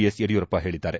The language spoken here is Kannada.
ಎಸ್ ಯಡಿಯೂರಪ್ಪ ಹೇಳಿದ್ದಾರೆ